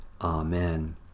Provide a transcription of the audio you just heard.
Amen